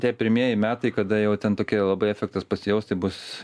tie pirmieji metai kada jau ten tokie labai efektas pasijaus tai bus